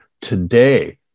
today